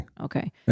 Okay